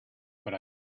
but